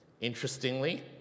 interestingly